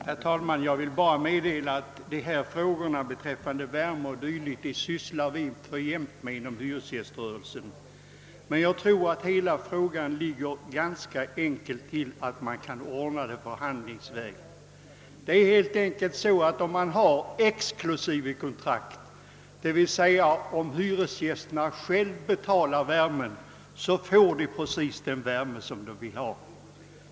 Herr talman! Jag vill bara meddela att vi inom hyresgäströrelsen mycket ofta sysslar med dessa frågor. Jag tror att det är ganska enkelt att lösa hela problemet förhandlingsvägen. Det är helt enkelt så att om man har exklusivekontrakt, det vill säga om hyresgästerna själva betalar värmen, så får man precis den värme man vill ha.